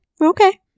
Okay